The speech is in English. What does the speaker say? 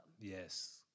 Yes